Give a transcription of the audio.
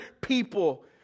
people